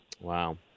Wow